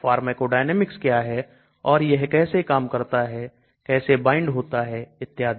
Pharmacodynamics क्या है और यह कैसे काम करता है कैसे वाइंड होता है इत्यादि